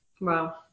Wow